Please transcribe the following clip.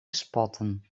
spotten